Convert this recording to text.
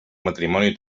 matrimoni